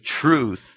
truth